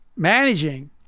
managing